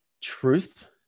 truth